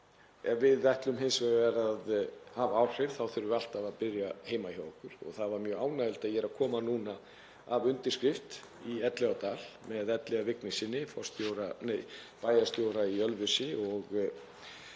Ef við ætlum að hafa áhrif þá þurfum við alltaf að byrja heima hjá okkur og það var mjög ánægjulegt að ég er að koma núna frá undirskrift í Elliðaárdal með Elliða Vignissyni, bæjarstjóra í Ölfusi, og